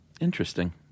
Interesting